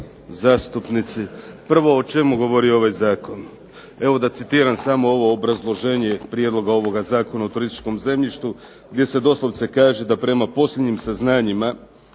zastupnici. Prvo o čemu govori ovaj zakon. Evo da citiram samo ovo obrazloženje prijedloga ovoga Zakona o turističkom zemljištu gdje se doslovce kaže da prema posljednjim saznanjima